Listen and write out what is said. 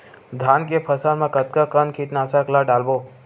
धान के फसल मा कतका कन कीटनाशक ला डलबो?